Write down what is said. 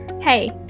Hey